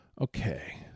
Okay